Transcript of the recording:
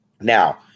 Now